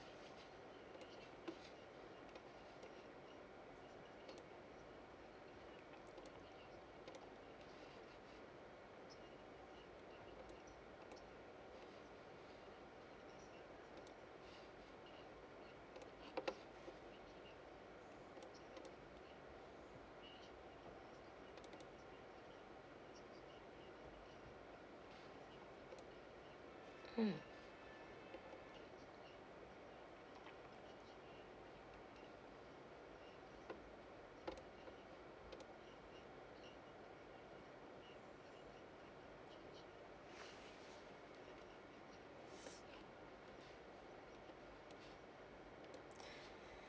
mm